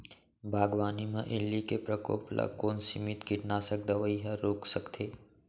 बागवानी म इल्ली के प्रकोप ल कोन सीमित कीटनाशक दवई ह रोक सकथे?